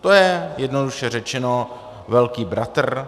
To je jednoduše řečeno velký bratr.